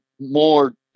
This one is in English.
more